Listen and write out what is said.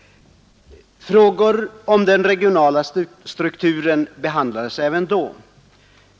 Frågor om den regionala strukturen behandlades även då.